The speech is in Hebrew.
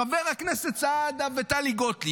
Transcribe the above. חברי הכנסת סעדה וטלי גוטליב,